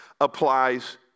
applies